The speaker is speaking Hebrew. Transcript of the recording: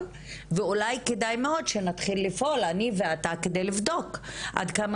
ואולי כדאי מאוד שנתחיל לפעול אני ואתה כדי לבדוק עד כמה